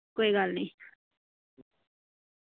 कोई गल्ल नी